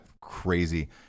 crazy